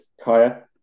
Kaya